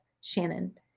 Shannon